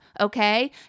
okay